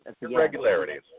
Irregularities